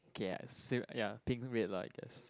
okay uh ya pink red lah I guess